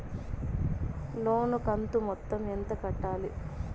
లోను కంతు మొత్తం ఎంత కట్టాలి?